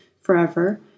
forever